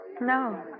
No